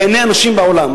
בעיני אנשים בעולם.